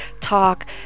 talk